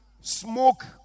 smoke